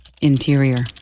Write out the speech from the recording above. interior